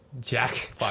Jack